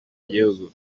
gihugu